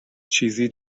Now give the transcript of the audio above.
چیزی